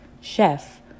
Chef